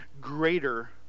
greater